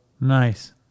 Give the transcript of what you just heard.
Nice